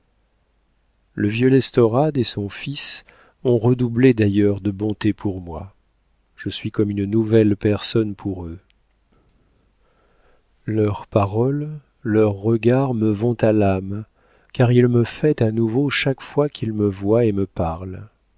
le vieux l'estorade et son fils ont redoublé d'ailleurs de bonté pour moi je suis comme une nouvelle personne pour eux leurs paroles leurs regards me vont à l'âme car ils me fêtent à nouveau chaque fois qu'ils me voient et me parlent